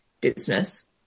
business